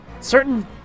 Certain